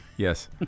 Yes